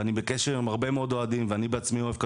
ואני בקשר עם הרבה מאוד אוהדים ואני בעצמי אוהב כדורגל,